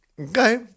Okay